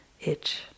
itch